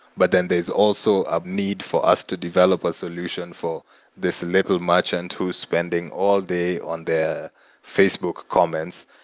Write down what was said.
but then, there's also a need for us to develop a solution for this little merchant who's spending all day on their facebook comments,